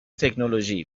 تکنولوژی